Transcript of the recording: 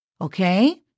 okay